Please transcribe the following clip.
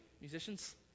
Musicians